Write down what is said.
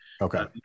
Okay